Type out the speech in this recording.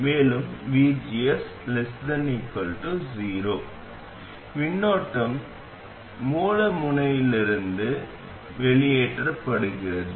மேலும் VGS 0 மின்னோட்டம் மூல முனையிலிருந்து வெளியேற்றப்படுகிறது